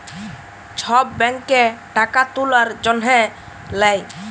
ছব ব্যাংকে টাকা তুলার জ্যনহে লেই